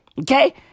okay